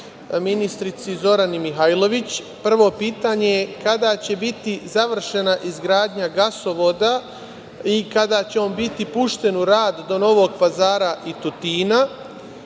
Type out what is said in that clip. ministrici Zorani Mihajlović. Prvo pitanje - kada će biti završena izgradnja gasovoda i kada će on biti pušten u rad do Novog Pazara i Tutina? Drugo